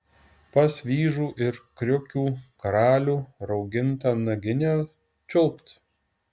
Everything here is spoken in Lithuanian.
pas vyžų ir kriukių karalių raugintą naginę čiulpt